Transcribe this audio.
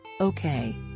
Okay